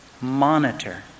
monitor